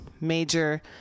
major